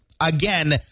Again